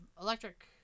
electric